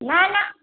ના ના